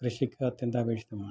കൃഷിക്ക് അത്യന്താപേക്ഷിതമാണ്